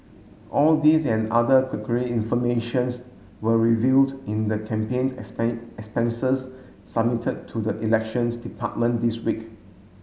all these and other informations were revealed in the campaigned expenses submitted to the Elections Department this week